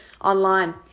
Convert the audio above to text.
online